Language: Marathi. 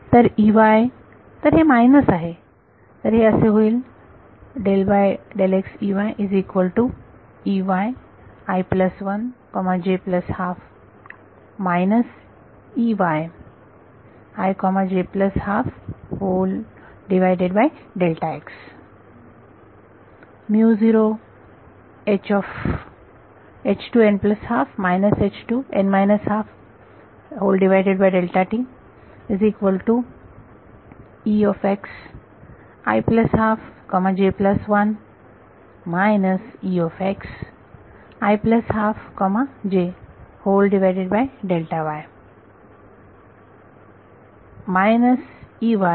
तर तर हे मायनस आहे